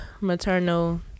maternal